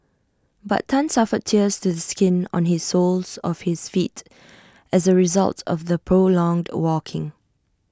but Tan suffered tears to the skin on his soles of his feet as A result of the prolonged walking